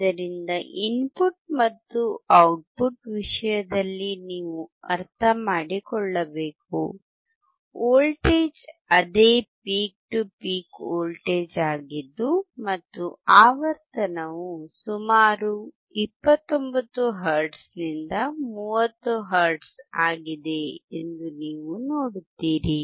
ಆದ್ದರಿಂದ ಇನ್ಪುಟ್ ಮತ್ತು ಔಟ್ಪುಟ್ ವಿಷಯದಲ್ಲಿ ನೀವು ಅರ್ಥಮಾಡಿಕೊಳ್ಳಬೇಕು ವೋಲ್ಟೇಜ್ ಅದೇ ಪೀಕ್ ಟು ಪೀಕ್ ವೋಲ್ಟೇಜ್ ಆಗಿದ್ದು ಮತ್ತು ಆವರ್ತನವು ಸುಮಾರು 29 ಹರ್ಟ್ಜ್ನಿಂದ 30 ಹರ್ಟ್ಜ್ ಆಗಿದೆ ಎಂದು ನೀವು ನೋಡುತ್ತೀರಿ